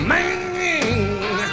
Man